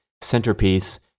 centerpiece